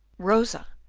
rosa,